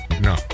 No